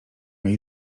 jej